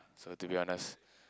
so to be honest